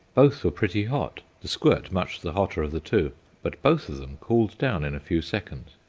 both were pretty hot the squirt much the hotter of the two but both of them cooled down in a few seconds.